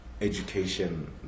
education